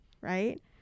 Right